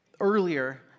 earlier